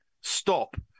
Stop